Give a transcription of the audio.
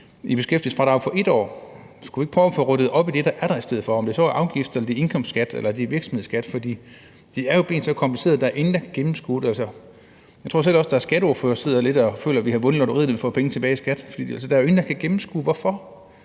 i beskæftigelsesfradrag for 1 år. Skulle vi ikke i stedet prøve at rydde op i det, der er der – om det så er afgifter eller det er indkomstskat eller virksomhedsskat? Det er jo blevet så kompliceret, at der er ingen, der kan gennemskue det. Jeg tror faktisk også, at der er skatteordførere, som lidt sidder og føler, at de har vundet i lotteriet, når de har fået penge tilbage i skat. For der er jo ingen, der kan gennemskue hvorfor.